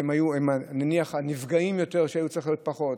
ואני מניח שהם היו נפגעים יותר ושהיו צריכים להיות פחות.